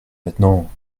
maintenant